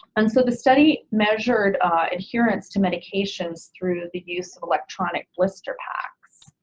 and so the study measured adherence to medications through the use of electronic blister packs.